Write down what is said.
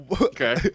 Okay